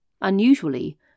Unusually